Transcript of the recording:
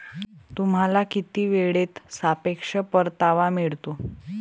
तुम्हाला किती वेळेत सापेक्ष परतावा मिळतो?